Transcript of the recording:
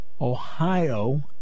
Ohio